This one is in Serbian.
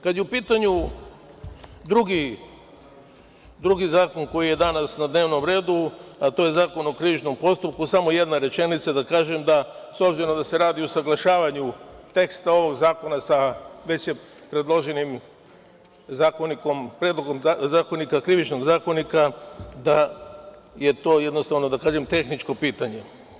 Kada je u pitanju drugi zakon koji je danas na dnevnom redu, a to je Zakon o krivičnom postupku, samo jednu rečenicu da kažem, da s obzirom da se radi o usaglašavanju teksta ovog Zakona sa već predloženim Krivičnim zakonikom, da je to jednostavno, da kažem, tehničko pitanje.